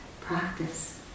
practice